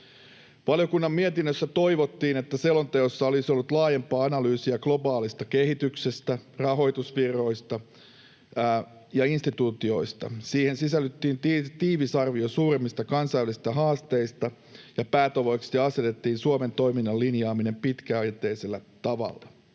Valiokunnan mietinnössä toivottiin, että selonteossa olisi ollut laajempaa analyysia globaalista kehityksestä, rahoitusvirroista ja instituutioista. Siihen sisällytettiin tiivis arvio suurimmista kansainvälisistä haasteista, ja päätavoitteeksi asetettiin Suomen toiminnan linjaaminen pitkäjänteisellä tavalla.